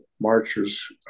marchers